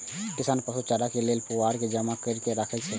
किसान पशु चारा लेल पुआर के जमा कैर के राखै छै